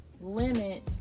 limit